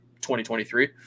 2023